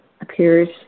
appears